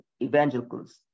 evangelicals